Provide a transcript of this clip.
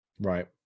Right